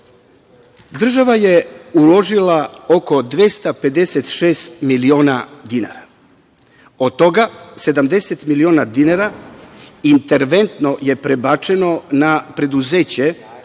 država je uložila oko 256 miliona dinara. Od toga 70 miliona dinara interventno je prebačeno na preduzeće